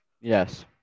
Yes